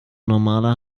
normale